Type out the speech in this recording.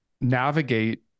navigate